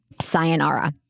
sayonara